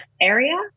area